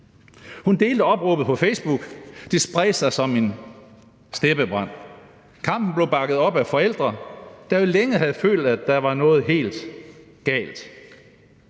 Hun delte opråbet på Facebook. Det spredte sig som en steppebrand. Kampen blev bakket op af forældre, der jo længe havde følt, at der var noget helt galt.